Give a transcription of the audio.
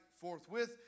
forthwith